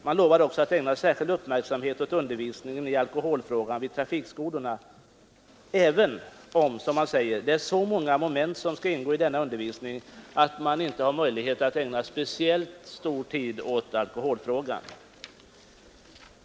Man lovar också att ägna särskild uppmärksamhet åt undervisningen i alkoholfrågan vid trafikskolorna även om, som man säger, det är så många moment som skall ingå i denna undervisning att det inte finns möjlighet att ägna speciellt mycken tid åt alkoholfrågan.